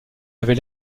avait